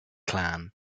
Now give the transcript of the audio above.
klan